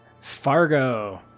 Fargo